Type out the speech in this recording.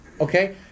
Okay